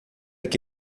que